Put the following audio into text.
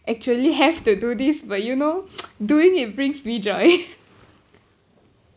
actually have to do this but you know doing it brings me joy